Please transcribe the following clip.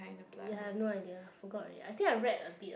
ya I have no idea I forgot already I think I read a bit of